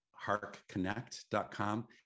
Harkconnect.com